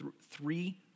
three